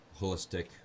holistic